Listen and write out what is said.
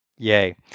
Yay